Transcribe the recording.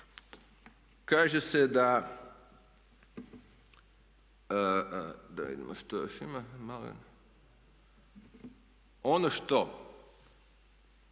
Kaže se da, da vidimo što još ima. Ono što